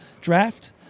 draft